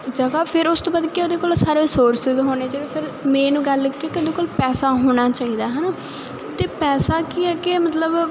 ਜਗ੍ਹਾ ਫਿਰ ਉਸ ਤੋਂ ਬਾਅਦ ਕਿ ਉਹਦੇ ਕੋਲ ਸਾਰਾ ਸੋਰਸ ਹੋਣੇ ਚਾਹੀਦੇ ਫਿਰ ਮੇਨ ਗੱਲ ਕਿਉਂਕਿ ਕੋਲ ਪੈਸਾ ਹੋਣਾ ਚਾਹੀਦਾ ਹਨਾ ਤੇ ਪੈਸਾ ਕੀ ਹੈ ਕਿ ਮਤਲਬ